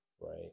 right